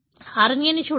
RNA ని చూడవచ్చు